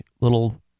little